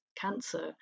cancer